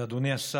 אדוני השר,